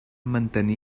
mantenir